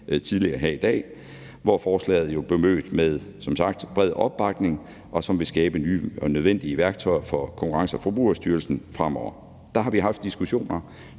tidligere her i dag, hvor forslaget jo blev mødt med bred opbakning, og det vil skabe nye og nødvendige værktøjer for Konkurrence- og Forbrugerstyrelsen fremover. Der har vi haft diskussioner,